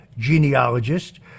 genealogist